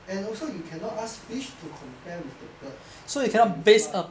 and also you cannot ask fish to compare with the bird when you fly